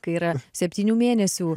kai yra septynių mėnesių